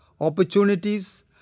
opportunities